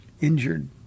injured